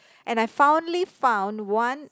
and I finally found one